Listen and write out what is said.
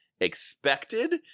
expected